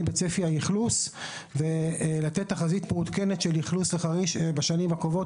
בצפי האכלוס ולתת תחזית מעודכנת של אכלוס חריש בשנים הקרובות,